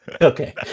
Okay